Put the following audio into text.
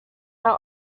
our